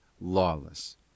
lawless